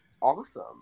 Awesome